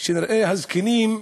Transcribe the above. שנראה את הזקנים,